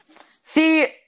See